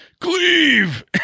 cleave